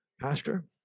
Pastor